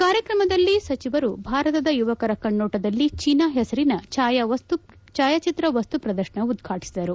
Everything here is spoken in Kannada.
ಕಾರ್ಯಕ್ರಮದಲ್ಲಿ ಸಚಿವರು ಭಾರತದ ಯುವಕರ ಕಣ್ಣೋಟದಲ್ಲಿ ಚೀನಾ ಹೆಸರಿನ ಛಾಯಾಚಿತ್ರ ವಸ್ತು ಪ್ರದರ್ಶನ ಉದ್ವಾಟಿಸಿದರು